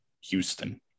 Houston